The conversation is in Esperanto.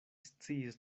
sciis